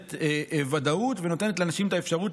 נותנת ודאות ונותנת לאנשים את האפשרות